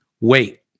Wait